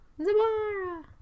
Zabara